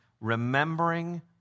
remembering